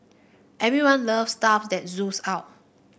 everyone loves stuff that oozes out